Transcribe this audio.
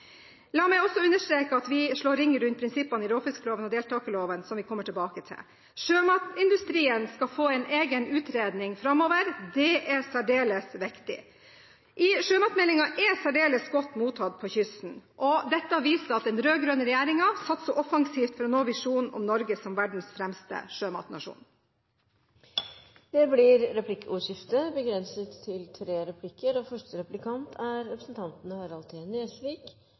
La meg også understreke at vi slår ring om prinsippene i råfiskloven og deltakerloven, som vi kommer tilbake til. Sjømatindustrien skal få en egen utredning framover. Det er særdeles viktig. Sjømatmeldingen har blitt særdeles godt mottatt langs kysten. Det viser at den rød-grønne regjeringen satser offensivt for å nå visjonen om Norge som verdens fremste sjømatnasjon. Det blir replikkordskifte. Jeg vil sitere fra forslag til